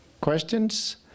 questions